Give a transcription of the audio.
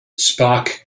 spark